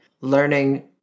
learning